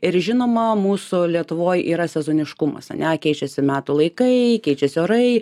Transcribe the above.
ir žinoma mūsų lietuvoj yra sezoniškumas ane keičiasi metų laikai keičiasi orai